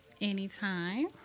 Anytime